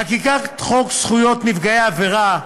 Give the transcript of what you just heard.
חקיקת חוק זכויות נפגעי עבירה,